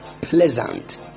Pleasant